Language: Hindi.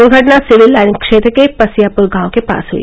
दुर्घटना सिविल लाइन क्षेत्र के पसियापुर गांव के पास हुई